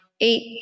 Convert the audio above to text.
eight